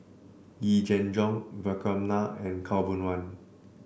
Yee Jenn Jong Vikram Nair and Khaw Boon Wan